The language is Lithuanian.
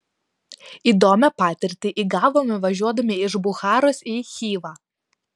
įdomią patirtį įgavome važiuodami iš bucharos į chivą